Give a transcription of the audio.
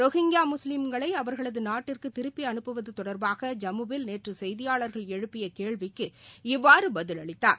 Rohingya முஸ்லீம்களை அவா்களது நாட்டிற்கு திருப்பி அனுப்புவது தொடர்பாக ஜம்மு வில் நேற்று செய்தியாளர்கள் எழுப்பிய கேள்விக்கு இவ்வாறு அவர் பதில் அளித்தார்